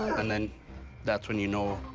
and then that's when you know,